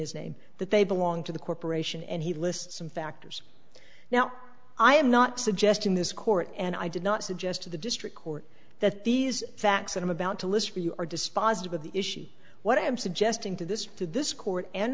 his name that they belong to the corporation and he lists some factors now i am not suggesting this court and i did not suggest to the district court that these facts that i'm about to list for you are dispositive of the issue what i am suggesting to this to this court and